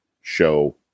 show